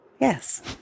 yes